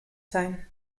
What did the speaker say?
sein